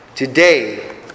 Today